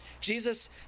Jesus